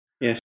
Yes